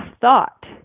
thought